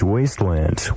Wasteland